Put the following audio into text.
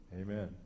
Amen